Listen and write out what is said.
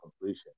completion